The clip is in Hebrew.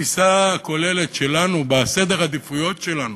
בתפיסה הכוללת שלנו, בסדר העדיפויות שלנו,